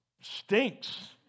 stinks